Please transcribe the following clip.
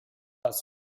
das